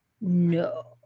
No